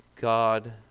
God